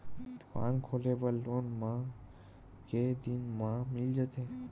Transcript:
दुकान खोले बर लोन मा के दिन मा मिल जाही?